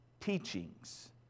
teachings